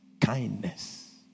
kindness